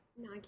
No